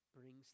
brings